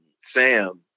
Sam